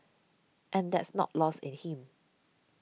and that's not lost in him